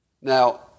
Now